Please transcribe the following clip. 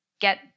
get